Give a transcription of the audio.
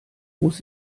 muss